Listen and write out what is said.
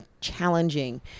challenging